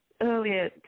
earlier